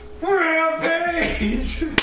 rampage